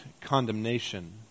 condemnation